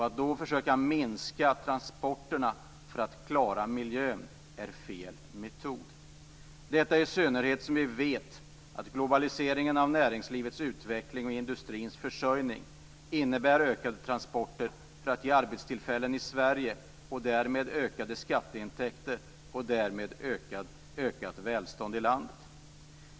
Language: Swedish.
Att då försöka minska transporterna för att klara miljön är fel metod, detta i synnerhet som vi vet att globaliseringen av näringslivets utveckling och industrins försörjning innebär ökade transporter för att ge arbetstillfällen i Sverige och därmed ökade skatteintäkter och ökat välstånd i landet.